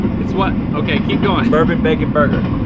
it's what, okay, keep going. bourbon bacon burger.